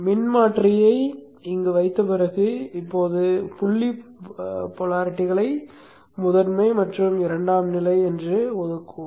மின்மாற்றியை இங்கு வைத்த பிறகு இப்போது புள்ளி போலாரிட்டிகளை முதன்மை மற்றும் இரண்டாம்நிலைக்கு ஒதுக்குவோம்